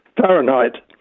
Fahrenheit